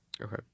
okay